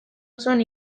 osoan